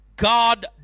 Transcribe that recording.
God